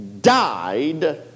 Died